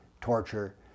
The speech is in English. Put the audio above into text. torture